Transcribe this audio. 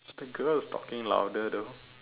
the girl is talking louder though